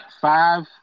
Five